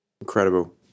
Incredible